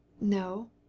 No